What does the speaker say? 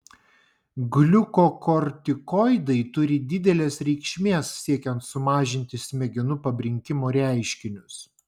gliukokortikoidai turi didelės reikšmės siekiant sumažinti smegenų pabrinkimo reiškinius